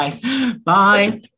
Bye